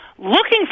looking